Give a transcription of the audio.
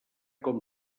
com